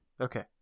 Okay